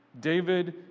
David